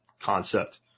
concept